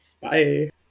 Bye